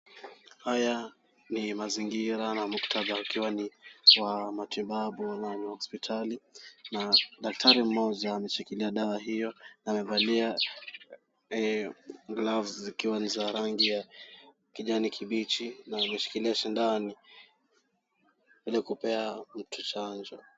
Haya ni mazingira na muktadha yakiwa ni ya matibabu na hospitali. Daktari mmoja ameshikilia dawa hiyo na amevalia gloves zikiwa ni za rangi ya kijani kibichi na ameshikilia shindani ili kupea mtu chanjo.